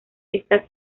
estas